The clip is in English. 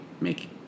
make